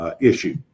issue